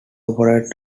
operates